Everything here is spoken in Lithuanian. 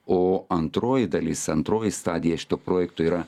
o antroji dalis antroji stadija šito projekto yra